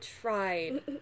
tried